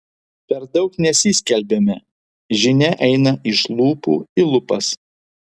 per daug nesiskelbiame žinia eina iš lūpų į lūpas